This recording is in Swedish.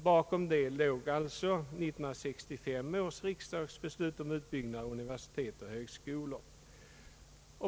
Bakom detta avtal låg 1965 års riksdagsbeslut om utbyggnad av universitet och högskolor.